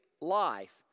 life